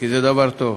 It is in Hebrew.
כי זה דבר טוב.